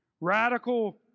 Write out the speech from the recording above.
Radical